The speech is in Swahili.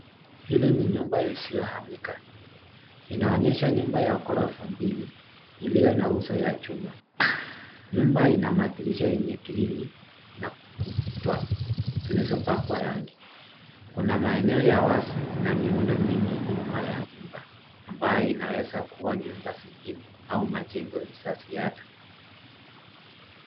Hili ni nyumba hisohamika, inaonyesha nyumba ya ghorofa mbili ilio na uso ya chuma, nyumba ina madirisha enye grill na ukuta zilizo pakwa rangi, kuna maeneo wazi na miundo mingi nyuma ya nyumba ambaye inaweza nyumba zingine au majengo za ziada.